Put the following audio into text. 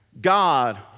God